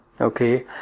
Okay